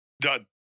Done